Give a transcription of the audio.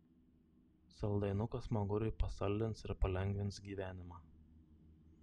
saldainukas smaguriui pasaldins ir palengvins gyvenimą